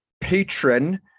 patron